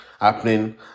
happening